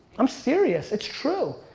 i'm serious, it's true.